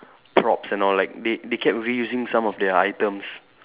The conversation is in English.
props and all like they they kept reusing some of their items